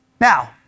Now